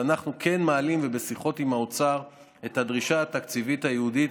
ואנחנו כן מעלים בשיחות עם האוצר את הדרישה התקציבית הייעודית